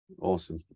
awesome